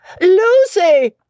Lucy